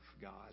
God